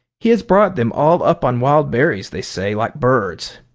he has brought them all up on wild berries, they say, like birds.